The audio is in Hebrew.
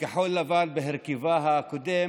כחול לבן בהרכבה הקודם